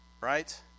right